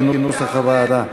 כנוסח הוועדה.